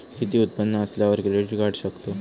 किती उत्पन्न असल्यावर क्रेडीट काढू शकतव?